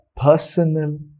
personal